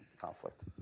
conflict